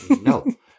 no